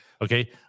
okay